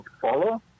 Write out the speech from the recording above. Follow